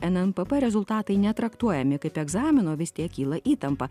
nmpp rezultatai netraktuojami kaip egzamino vis tiek kyla įtampa